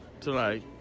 tonight